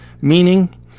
meaning